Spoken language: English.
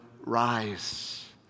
rise